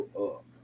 up